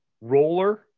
roller